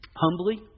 humbly